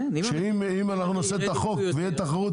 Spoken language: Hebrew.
שאם נעשה את החוק ויהיה תחרות,